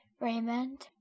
Raymond